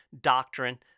doctrine